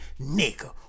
Nigga